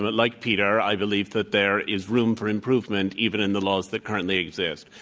but like peter, i believe that there is room for improvement even in the laws that currently exist.